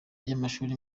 ry’amashuri